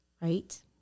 right